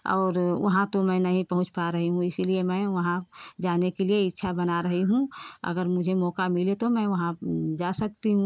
और वहाँ तो मैं नहीं पहुँच पा रही हूँ इसीलिए मैं वहाँ जाने के लिए इच्छा बना रही हूँ अगर मुझे मौका मिले तो मैं वहाँ जा सकती हूँ